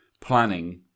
planning